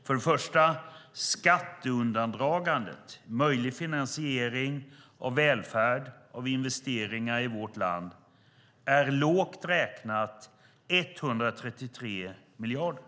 För det första: Skatteundandragandet, möjlig finansiering av välfärd och av investeringar i vårt land, är lågt räknat 133 miljarder.